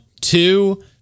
two